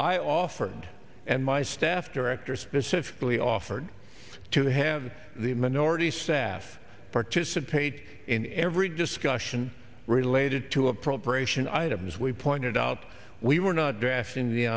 i offered and my staff director specifically offered to have the minority staff participate in every discussion related to appropriation items we pointed out we were not drafting the